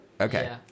Okay